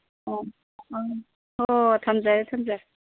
ꯑꯣ ꯑꯪ ꯍꯣ ꯍꯣ ꯊꯝꯖꯔꯦ ꯊꯝꯖꯔꯦ